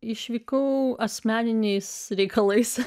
išvykau asmeniniais reikalais